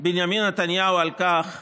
בנימין נתניהו על כך